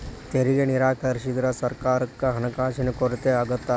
ತೆರಿಗೆ ನಿರಾಕರಿಸಿದ್ರ ಸರ್ಕಾರಕ್ಕ ಹಣಕಾಸಿನ ಕೊರತೆ ಆಗತ್ತಾ